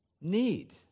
need